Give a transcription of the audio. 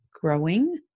growing